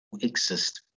exist